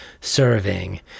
serving